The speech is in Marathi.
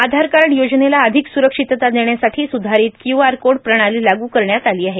आधारकार्ड योजनेला अधिक सुरक्षितता देण्यासाठी सुधारित क्यू आर कोड प्रणाली लागू करण्यात आली आहे